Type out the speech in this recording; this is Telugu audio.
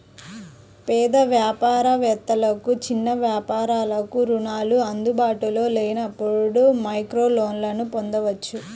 పేద వ్యాపార వేత్తలకు, చిన్న వ్యాపారాలకు రుణాలు అందుబాటులో లేనప్పుడు మైక్రోలోన్లను పొందొచ్చు